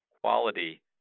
quality